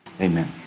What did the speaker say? Amen